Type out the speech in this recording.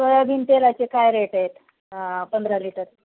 soybean तेलाचे काय rate आहेत पंधरा लिटर